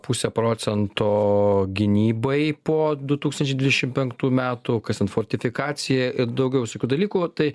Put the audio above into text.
pusę procento gynybai po du tūkstančiai dvidešim penktų metų kas ten fortifikacija ir daugiau visokių dalykų tai